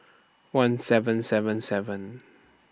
one seven seven seven